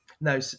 No